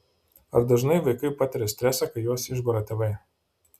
ar dažnai vaikai patiria stresą kai juos išbara tėvai